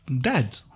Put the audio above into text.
dad